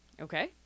Okay